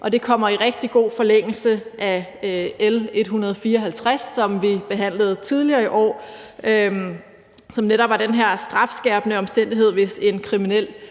Det kommer i rigtig god forlængelse af L 154, som vi behandlede tidligere i år, og som netop var den her strafskærpende omstændighed, hvis en kriminel